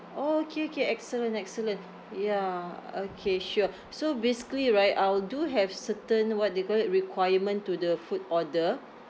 orh okay okay excellent excellent ya okay sure so basically right I'll do have certain what they call it requirement to the food order